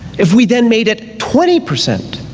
if we then made it twenty percent